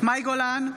מאי גולן,